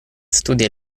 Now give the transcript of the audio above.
studia